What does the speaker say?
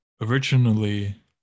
originally